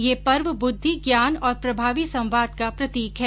यह पर्व बुद्धि ज्ञान और प्रभावी संवाद का प्रतीक है